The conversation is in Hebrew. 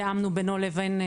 תיאמנו בינו לבין,